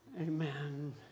Amen